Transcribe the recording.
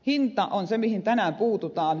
hinta on se mihin tänään puututaan